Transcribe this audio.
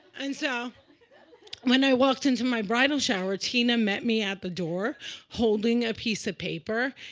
and so when i walked into my bridal shower, tina met me at the door holding a piece of paper.